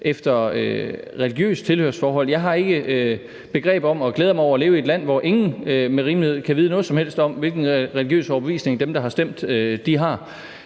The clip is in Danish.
efter religiøst tilhørsforhold. Jeg har ikke begreb om det, og jeg glæder mig over at leve i et land, hvor ingen med rimelighed kan vide noget som helst om, hvilken religiøs overbevisning de, der har stemt, har.